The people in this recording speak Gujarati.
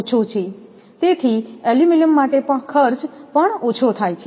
તેથી એલ્યુમિનિયમ માટે ખર્ચ પણ ઓછો થાય છે